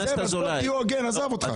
אז בוא תהיה הוגן, עזוב אותך.